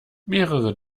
mehrere